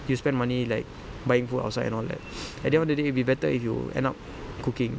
you spend money like buying food outside and all that at the end of the day it would be better if you end up cooking